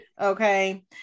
Okay